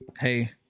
Hey